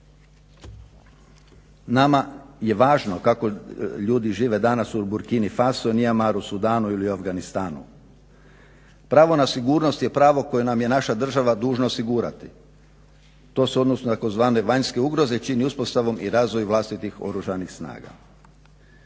Nama je važno kako ljudi žive danas u Burkini Fasu, Mianmaru, Sudanu ili Afganistanu. Pravo na sigurnost je pravo koje nam je naša država dužna osigurati. To se odnosi na tzv. vanjske ugroze i čini uspostavom i razvoju vlastitih oružanih snaga.